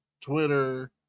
Twitter